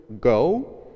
go